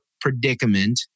predicament